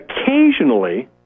Occasionally